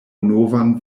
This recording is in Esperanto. novan